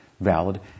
valid